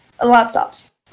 laptops